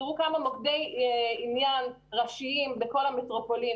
תראו כמה מוקדי עניין ראשיים בכל המטרופולין.